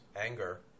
anger